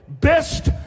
best